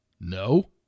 No